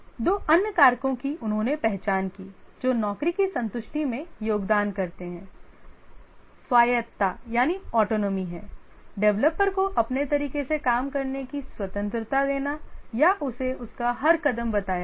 दो अन्य कारकों की उन्होंने पहचान की जो नौकरी की संतुष्टि में योगदान करते हैं स्वायत्तता यानी है डेवलपर को अपने तरीके से काम करने की स्वतंत्रता है या उसे उसका हर कदम बताया जाए